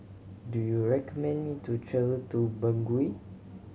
do you recommend me to travel to Bangui